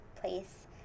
place